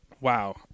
wow